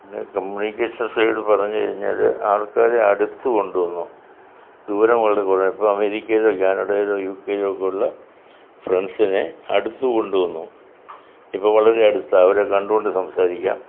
പിന്നെ communication side പറഞ്ഞു കഴിഞ്ഞാൽ ആൾക്കാരെ അടുത്ത് കൊണ്ടു വന്നു ദൂരം വളരെ കുറഞ്ഞു ഇപ്പോൾ അമേരിക്കയിലോ കാനഡയിലോ യൂക്കെയിലോ ഒക്കെ ഉള്ള ഫ്രണ്ട്സിനെ അടുത്ത് കൊണ്ട് വന്നു ഇപ്പം വളരെ അടുത്ത അവരെ കണ്ടു കൊണ്ട് സംസാരിക്കാം